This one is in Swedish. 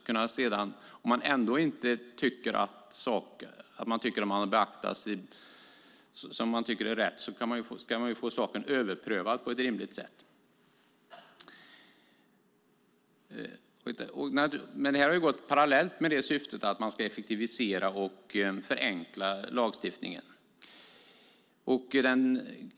Och om man inte tycker att saken blivit bedömd på det sätt man tycker är rätt ska man kunna få ärendet överprövat på ett rimligt sätt. Detta har man tagit hänsyn till parallellt med syftet att förenkla och effektivisera lagstiftningen.